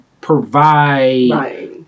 provide